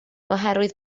oherwydd